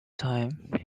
time